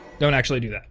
don't actually do that.